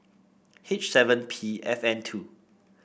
H seven P F N two